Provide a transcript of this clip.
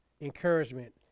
encouragement